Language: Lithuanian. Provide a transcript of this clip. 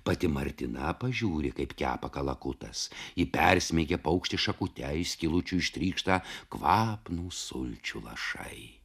pati martina pažiūri kaip kepa kalakutas ji persmeigia paukštį šakute iš skylučių ištrykšta kvapnūs sulčių lašai